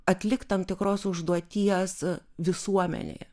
atlikt tam tikros užduoties visuomenėje